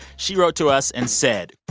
she wrote to us and said,